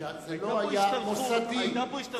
שזה לא היה מוסדי, היתה פה השתלחות בחינוך הדתי.